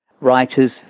writers